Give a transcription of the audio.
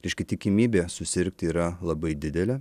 reiškia tikimybė susirgti yra labai didelė